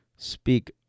speak